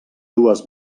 dues